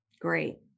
great